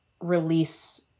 release